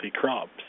crops